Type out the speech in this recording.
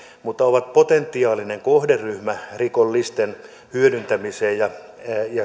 he ovat potentiaalinen kohderyhmä rikolliselle hyödyntämiselle ja